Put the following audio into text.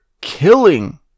killing